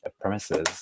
premises